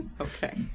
Okay